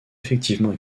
effectivement